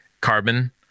carbon